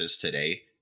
today